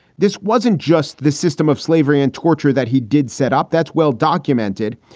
this wasn't just the system of slavery and torture that he did set up. that's well documented.